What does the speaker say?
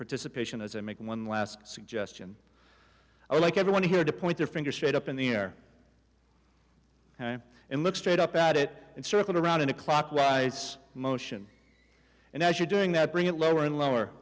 participation as i make one last suggestion i like everyone here to point their finger straight up in the air and look straight up at it and circle around in a clockwise motion and as you're doing that bring it lower and lower